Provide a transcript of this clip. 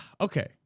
Okay